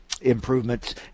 improvements